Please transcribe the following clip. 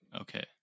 okay